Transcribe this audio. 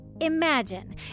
Imagine